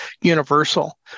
universal